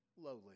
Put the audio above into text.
lowly